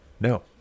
No